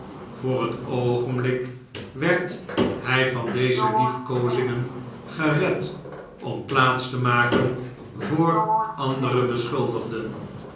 voor het oogenblik werd hij van deze liefkoozingen gered om plaats te maken voor andere beschuldigden